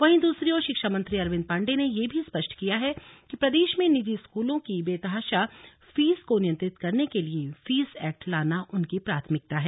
वहीं दूसरी ओर शिक्षामंत्री अरविंद पांडेय ने यह भी स्पष्ट किया है कि प्रदेश में निजी स्कूलों की बेतहाशा फीस को नियंत्रित करने के लिए फीस एक्ट लाना उनकी प्राथमिकता है